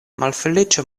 malfeliĉo